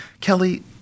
Kelly